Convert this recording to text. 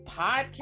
Podcast